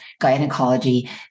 gynecology